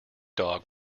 dog